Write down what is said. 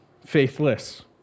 faithless